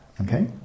okay